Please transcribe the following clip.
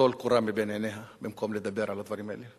ליטול קורה מבין עיניה במקום לדבר על הדברים האלה,